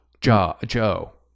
Joe